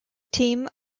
team